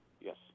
yes